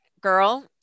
girl